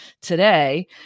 today